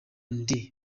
ndi